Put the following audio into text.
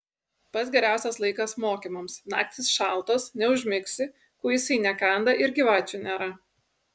pats geriausias laikas mokymams naktys šaltos neužmigsi kuisiai nekanda ir gyvačių nėra